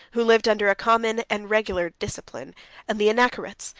who lived under a common and regular discipline and the anachorets,